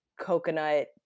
coconut